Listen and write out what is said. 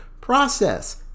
process